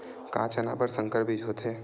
का चना बर संकर बीज होथे?